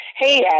Hey